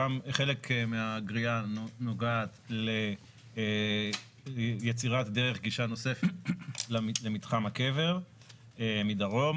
חלק מהגריעה נוגעת ליצירת דרך גישה נוספת למתחם הקבר מדרום.